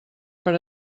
per